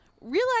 realize